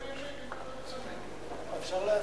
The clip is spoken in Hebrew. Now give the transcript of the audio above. אפשר להצביע,